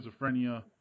schizophrenia